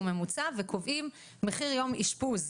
ממוצע וקובעים איזה שהוא מחיר עבור יום אשפוז.